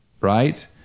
Right